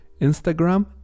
instagram